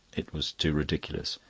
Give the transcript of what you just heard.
it was too ridiculous.